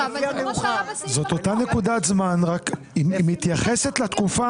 זאת אותה נקודת זמן, רק היא מתייחסת לתקופה